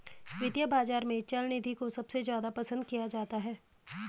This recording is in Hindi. वित्तीय बाजार में चल निधि को सबसे ज्यादा पसन्द किया जाता है